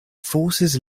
forces